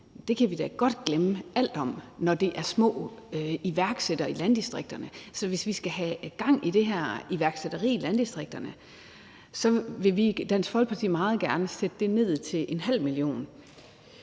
man skal låne mindst 1 mio. kr., når det er små iværksættere i landdistrikterne. Så hvis vi skal have gang i det her iværksætteri i landdistrikterne, vil vi i Dansk Folkeparti meget gerne sætte det ned til ½ mio.